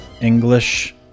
English